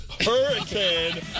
Hurricane